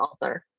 author